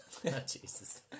Jesus